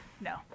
No